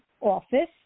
office